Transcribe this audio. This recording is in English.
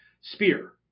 Spear